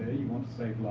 you want to save